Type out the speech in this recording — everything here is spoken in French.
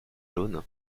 jaunes